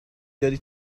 داری